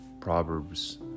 Proverbs